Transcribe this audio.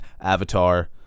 Avatar